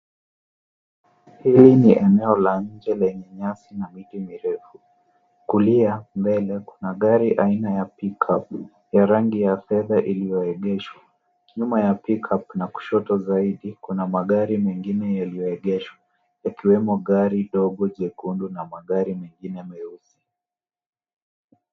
Huli ni eneo la nje lenye nyasi na miti mirefu. Kulia mbele kuna gari aina ya pikapu ya rangi ya fedha iliyoegeshwa. Nyuma ya pick-up na kushoto zaidi kuna magari mengine yaliyoegeshwa yakiwemo gari dogo jekundu na magari mengine meusi.